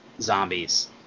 zombies